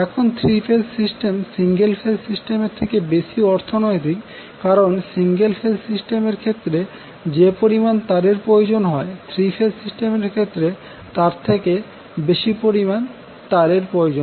এখন 3 phase system single phase সিস্টেমের থেকে বেশি অর্থনৈতিক কারণ সিঙ্গেল ফেজ সিস্টেমের ক্ষেত্রে যে পরিমাণ তারের প্রয়োজন হয় 3 ফেজ সিস্টেমের ক্ষেত্রে তার থেকে বেশি পরিমাণ তারের প্রয়োজন